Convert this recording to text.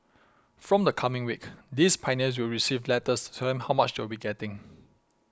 from the coming week these Pioneers will receive letters to tell them how much they will be getting